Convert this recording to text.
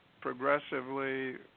progressively